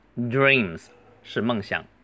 Dreams是梦想